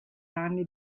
anni